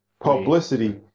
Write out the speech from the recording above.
publicity